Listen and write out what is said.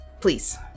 please